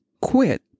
quit